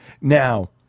Now